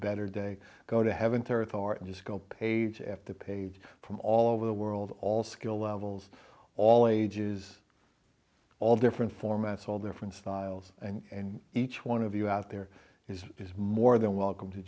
better day go to heaven to earth or just go page after page from all over the world all skill levels all ages all different formats all different styles and each one of you out there is more than welcome to